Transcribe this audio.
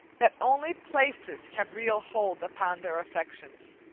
that only places have real hold upon their affections.